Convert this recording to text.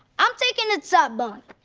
i'm taking the top bunk!